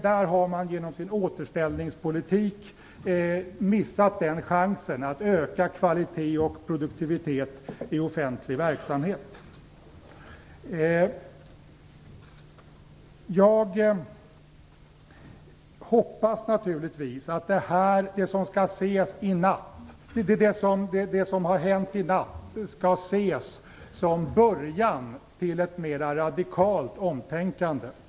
Där har regeringen genom sin återställningspolitik missat chansen att öka kvaliteten och produktiviteten i offentlig verksamhet. Jag hoppas naturligtvis att det som har hänt i natt skall kunna ses som en början till ett mera radikalt omtänkande.